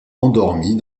endormie